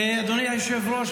אדוני היושב-ראש,